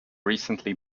recently